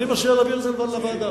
אני מציע להעביר את זה לוועדה.